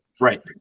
Right